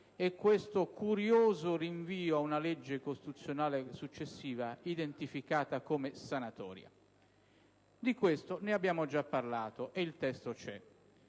e questo curioso rinvio a una legge costituzionale successiva, identificata come sanatoria. Di questo abbiamo già parlato e il testo è